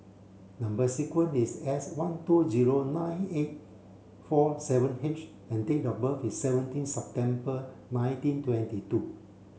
number sequence is S one two zero nine eight four seven H and date of birth is seventeen September nineteen twenty two